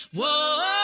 Whoa